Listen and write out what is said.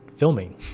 filming